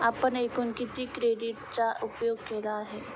आपण एकूण किती क्रेडिटचा उपयोग केलेला आहे?